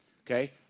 Okay